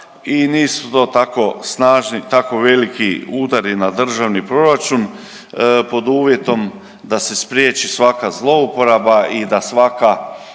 i nisu to tako snažni i tako veliki udari na državni proračun, pod uvjetom da se spriječi svaka zlouporaba i da svaka